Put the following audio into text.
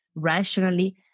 rationally